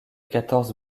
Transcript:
quatorze